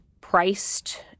priced